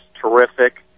terrific